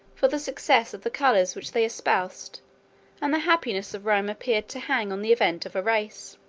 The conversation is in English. for the success of the colors which they espoused and the happiness of rome appeared to hang on the event of a race.